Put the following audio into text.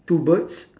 two birds